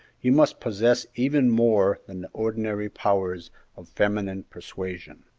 you must possess even more than the ordinary powers of feminine persuasion.